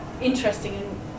interesting